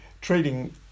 treating